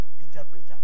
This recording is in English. interpreter